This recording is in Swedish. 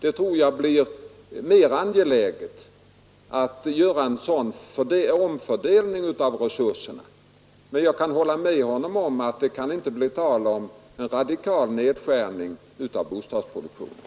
Jag tror att det blir angeläget att göra en sådan omfördelning av resurserna. Men jag håller med herr Ullsten om att det inte kan bli tal om någon radikal nedskärning av bostadsproduktionen.